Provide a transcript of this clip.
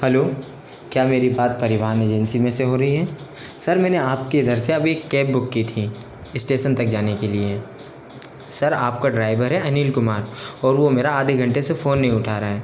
hello क्या मेरी बात परिवहन एजेंसी में से हो रही है सर मैंने आप के इधर से अभी एक कैब बुक की थी स्टेशन तक जाने के लिए सर आप का ड्राइवर है अनिल कुमार और वो मेरा आधे घंटे से फ़ोन नहीं उठा रहा है